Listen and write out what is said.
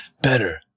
Better